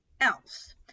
else